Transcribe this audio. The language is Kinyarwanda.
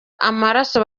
amaraso